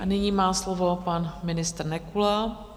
Nyní má slovo pan ministr Nekula.